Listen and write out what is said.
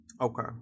Okay